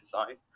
exercise